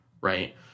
right